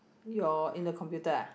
your in the computer ah